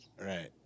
Right